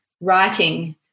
writing